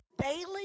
daily